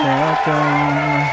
Welcome